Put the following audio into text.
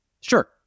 Sure